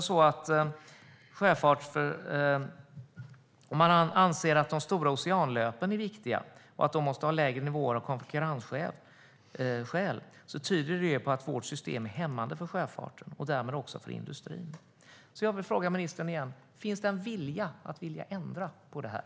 Man anser att de stora oceananlöpen är viktiga och att de måste ha lägre nivå på avgifterna av konkurrensskäl. Det tyder på att vårt system är hämmande för sjöfart och därmed också för industrin. Jag vill återigen fråga ministern: Finns det en vilja att ändra på det här?